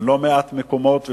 לא מעט מקומות ובסיסים,